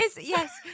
Yes